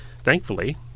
Thankfully